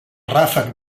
ràfec